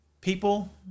people